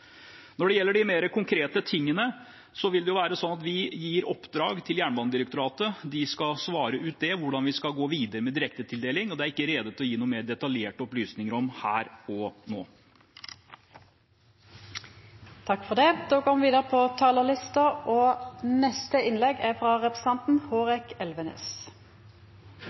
Når det gjelder de mer konkrete tingene, vil det være sånn at vi gir oppdrag til Jernbanedirektoratet. De skal svare ut det, hvordan vi skal gå videre med direktetildeling, og det er jeg ikke rede til å gi noe mer detaljerte opplysninger om her og nå. Jeg tror jeg må gjøre statsråden oppmerksom på